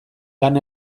lan